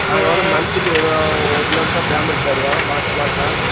நாங்கள் வந்து மந்த்லி ஒரு ஒரு மந்த் தான் பேமெண்ட் தருவோம் மாசம் மாசம்